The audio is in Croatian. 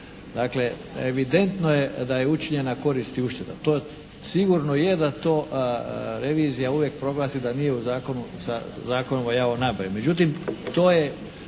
Dakle evidentno je da je učinjena korist i ušteda. To sigurno je da to revizija uvijek proglasi da nije u zakonu sa, Zakonom o javnoj nabavi.